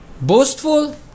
Boastful